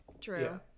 True